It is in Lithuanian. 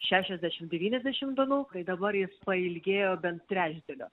šešiasdešim devyniasdešim dienų kai dabar jis pailgėjo bent trečdaliu